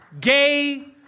gay